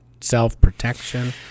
self-protection